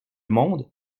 monde